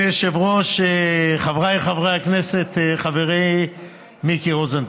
היושב-ראש, חבריי חברי הכנסת, חברי מיקי רוזנטל,